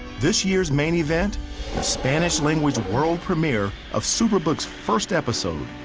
this year's main event, the spanish language world premier of superbook's first episode,